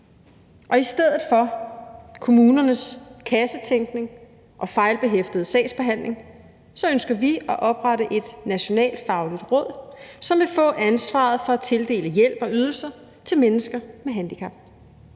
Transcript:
I stedet for kommunernes kassetænkning og fejlbehæftede sagsbehandling ønsker vi at oprette et nationalfagligt råd, som vil få ansvaret for at tildele hjælp og ydelser til mennesker med handicap.